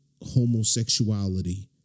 homosexuality